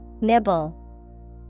Nibble